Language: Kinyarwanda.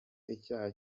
icyaha